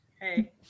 Hey